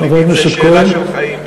זה שאלה של חיים,